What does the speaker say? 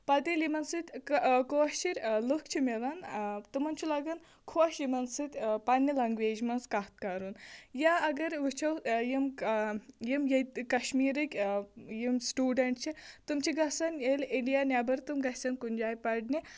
پَتہٕ ییٚلہِ یِمَن سۭتۍ کٲشِرۍ لوٗکھ چھِ میلان تِمَن چھُ لَگان خۄش یِمَن سۭتۍ پَنٕنہِ لَنٛگویج منٛز کَتھ کَرُن یا اگر وُچھَو یِم یِم ییٚتہِ کَشمیٖرٕکۍ یِم سِٹوٗڈَنٛٹ چھِ تِم چھِ گژھان ییٚلہِ اِنٛڈِیا نٮ۪بَر تِم گَژھان کُنہِ جایہِ پَرنہِ